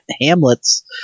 hamlets